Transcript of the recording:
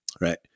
right